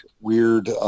weird –